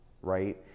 right